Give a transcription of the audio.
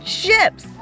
ships